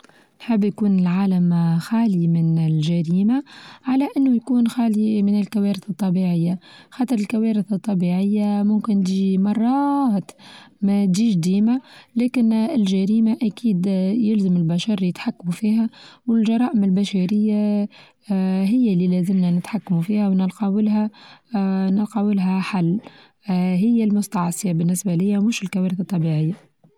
حابة يكون العالم خالي من الجريمة على أنه يكون خالي من الكوارث الطبيعية، خاطر الكوارث الطبيعية ممكن تچي مراااات ما تچيش ديما لكن الچريمة أكيد آآ يلزم البشر يتحكموا فيها، والچرائم البشرية آآ هي اللي لازمنا نتحكمو فيها ونلقاو لها آآ نقاولها حل آآ هي المستعصية بالنسبة ليا مش الكوارث الطبيعية.